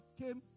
came